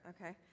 okay